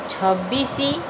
ଛବିଶି